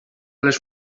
les